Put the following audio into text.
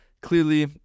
Clearly